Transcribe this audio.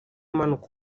umanuka